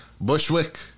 Bushwick